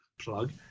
plug